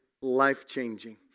life-changing